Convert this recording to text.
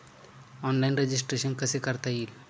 Online registration कसे करता येईल?